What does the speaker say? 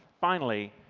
finally,